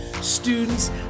students